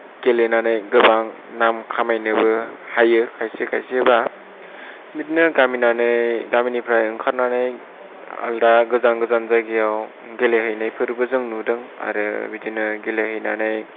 गेलेनानै गोबां नाम खामायनोबो हायो खायसे खायसेबा बिदिनो गामिना गामिनिफ्राय ओंखारनानै आलदा गोजान गोजान जायगायाव गेलेहैनायफोरबो जों नुदों आरो बिदिनो गेलेहैनानै